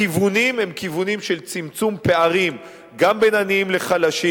הכיוונים הם כיוונים של צמצום פערים גם בין עניים לחלשים,